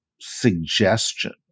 suggestion